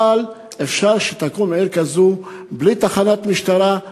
אבל אפשר שתקום עיר כזו בלי תחנת משטרה,